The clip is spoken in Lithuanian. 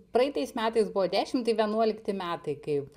praeitais metais buvo dešimt tai vienuolikti metai kaip